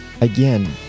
Again